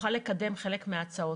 נוכל לקדם חלק מההצעות.